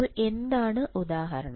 അപ്പോൾ എന്താണ് ഉദാഹരണം